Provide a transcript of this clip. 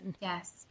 Yes